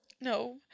No